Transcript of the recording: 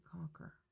conquer